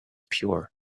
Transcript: pure